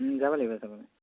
যাব লাগিব যাব লাগিব